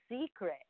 secret